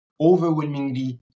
overwhelmingly